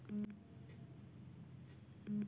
প্রধানমন্ত্রী কৃষি সিঞ্চয়ী যোজনা কি?